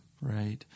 right